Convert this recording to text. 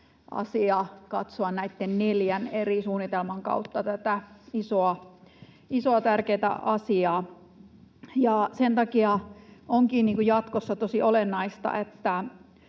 katsoa näitten neljän eri suunnitelman kautta tätä isoa, tärkeätä asiaa. Sen takia, vaikka tämän sektorikohtaisen